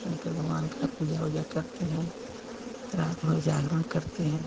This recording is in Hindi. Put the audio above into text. शंकर भगवान का पूजा ओझा करते हैं रात भर जागरण करते हैं